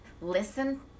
listen